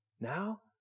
Now